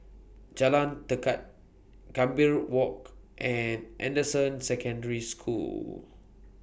Jalan Tekad Gambir Walk and Anderson Secondary School